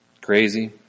crazy